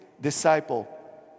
disciple